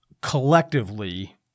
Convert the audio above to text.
collectively